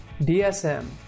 DSM